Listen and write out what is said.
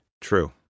True